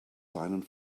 silent